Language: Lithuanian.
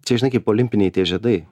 čia žinai kaip olimpiniai žiedai